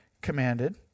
commanded